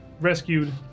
rescued